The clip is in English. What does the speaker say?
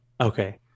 Okay